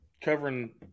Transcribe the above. covering